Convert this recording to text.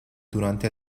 durante